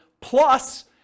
plus